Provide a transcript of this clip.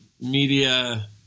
Media